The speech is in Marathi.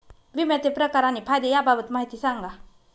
विम्याचे प्रकार आणि फायदे याबाबत माहिती सांगा